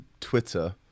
Twitter